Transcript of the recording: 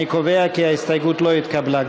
אני קובע כי ההסתייגות לא התקבלה.